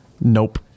Nope